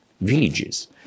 villages